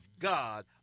God